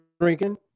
drinking